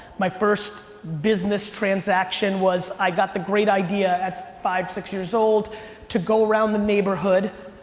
my first business transaction was i got the great idea at five, six years-old to go around the neighborhood,